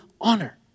honor